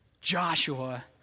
Joshua